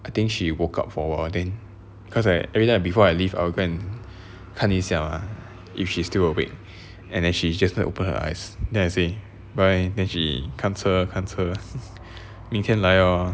I think she woke up for a while then cause I everytime before I leave I will go and 看一下 mah if she still awake and then she just open her eyes then I say bye then she 看车看车明天来哟